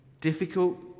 difficult